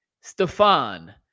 Stefan